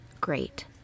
great